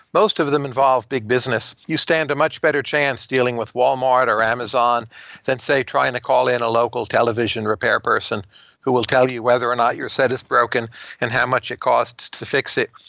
most of them involve big business. you stand a much better chance dealing with walmart or amazon than, say, trying to call in a local television repair person who will tell you whether or not your set is broken and how much it costs to fix it.